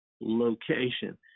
location